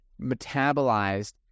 metabolized